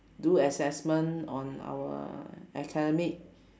do assessment on our academic